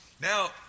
Now